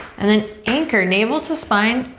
and then anchor navel to spine.